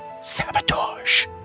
sabotage